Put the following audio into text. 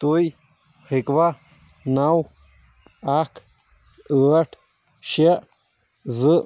تُہۍ ہیٚکوا نَو اَکھ ٲٹھ شےٚ زٕ